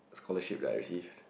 scholarship that I've received